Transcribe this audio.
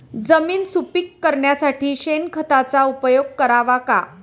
जमीन सुपीक करण्यासाठी शेणखताचा उपयोग करावा का?